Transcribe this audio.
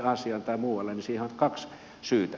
siihen on kaksi syytä